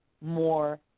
more